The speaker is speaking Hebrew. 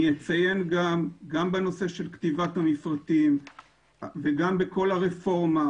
גם בנושא של כתיבת המפרטים וגם בכל הרפורמה,